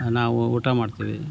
ನಾವು ಊಟ ಮಾಡ್ತೀವಿ